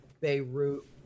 Beirut